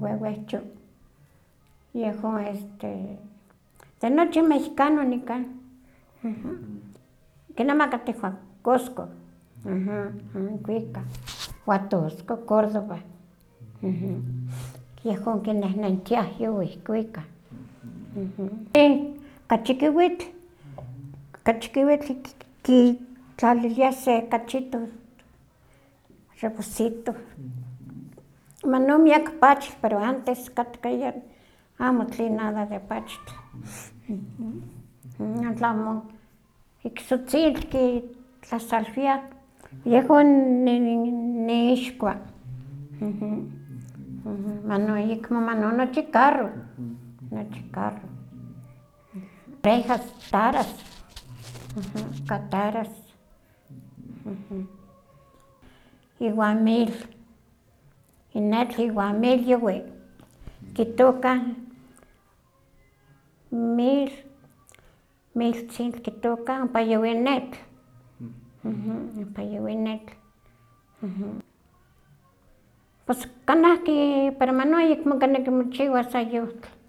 wewehcho, yehon este de nochi mexicano nikan, ken no ma kateh kosko, kwikah huatusco, córdoba, yehon kinehnentiah yowih kiwikah. Ka chikiwitl, ka chikiwitl kitlaliliah se kachito rebosito, manon miak pachtli pero katkaya amo tlen nada de pachtle, wan tlamo iksotzintl kitlasalwiah, yehon i- ixwa, manon ayekmo manon nochi carro, nochi carro, pejas, taras, ka taras, iwan mil, n etl iwan il yawi, kitokah mil miltzintli kitoka ompa yawi n etl, pos kanah ki pero mano ayekmo kineki mochiwas ayohtl.